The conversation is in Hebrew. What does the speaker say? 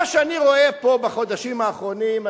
מה שאני רואה פה בחודשים האחרונים,